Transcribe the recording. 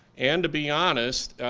and to be honest,